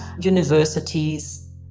universities